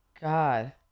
God